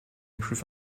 improve